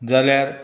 जाल्यार